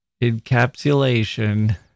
encapsulation